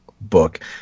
book